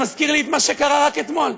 זה מזכיר לי את מה שקרה רק אתמול.